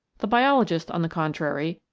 the biologist, on the contrary,